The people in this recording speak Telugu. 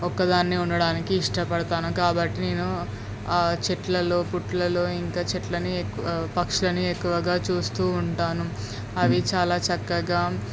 ఒక్కదాన్నే ఉండడానికి ఇష్టపడతాను కాబట్టి నేను ఆ చెట్లలో పుట్లలో ఇంకా చెట్లని ఎక్ పక్షులని ఎక్కువగా చూస్తూ ఉంటాను అవి చాలా చక్కగా